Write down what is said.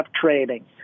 trading